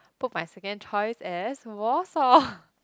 put my second choice as Warsaw